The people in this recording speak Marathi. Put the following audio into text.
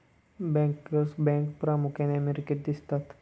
बँकर्स बँक प्रामुख्याने अमेरिकेत दिसते